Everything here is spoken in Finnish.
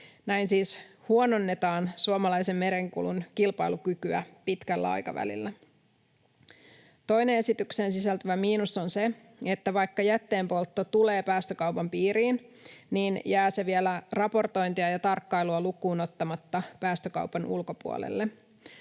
Näin siis huononnetaan suomalaisen merenkulun kilpailukykyä pitkällä aikavälillä. Toinen esitykseen sisältyvä miinus on se, että vaikka jätteenpoltto tulee päästökaupan piiriin, niin se jää vielä raportointia ja tarkkailua lukuun ottamatta päästökaupan ulkopuolelle.